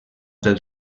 del